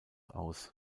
aus